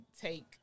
take